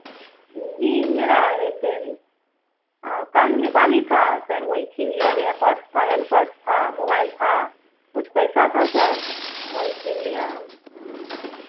जी मेरा एक इ कान में बाली था सर वही छीन लिया गया पर्स था हैंड पर्स था मोबाइल था कुछ पैसा था सर वही छीन लिया है